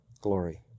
glory